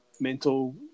mental